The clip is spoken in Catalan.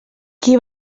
qui